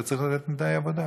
אתה צריך לתת לי תנאי עבודה,